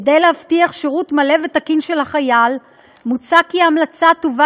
כדי להבטיח שירות מלא ותקין של החייל מוצע כי ההמלצה תובא